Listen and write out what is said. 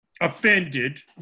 Offended